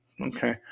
Okay